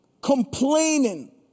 complaining